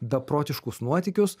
beprotiškus nuotykius